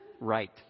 right